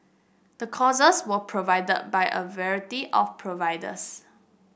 the courses were provided by a variety of providers